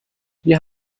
wir